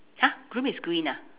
!huh! groom is green ah